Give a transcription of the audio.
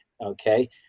okay